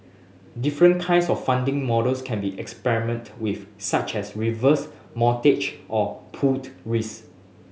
different kinds of funding models can be experiment with such as reverse mortgage or pooled risk